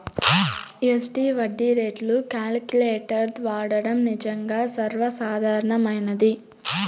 SD వడ్డీ రేట్లు calculator వాడడం నిజంగా సర్వసాధారణమైనది